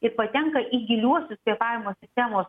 ir patenka į giliuosius kvėpavimo sistemos